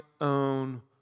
own